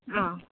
अ